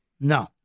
No